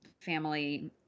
family